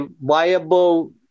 viable